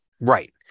Right